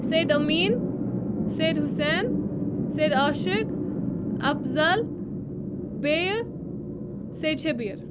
سید أمیٖن سید حُسین سید آشق افضل بیٚیہِ سید شبیٖر